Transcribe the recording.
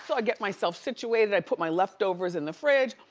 so i get myself situated. i put my leftovers in the fridge.